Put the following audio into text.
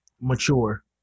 mature